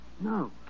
No